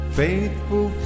faithful